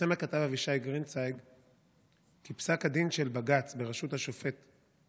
פרסם הכתב אבישי גרינצייג כי פסק הדין של בג"ץ בראשות השופט,